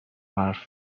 حرف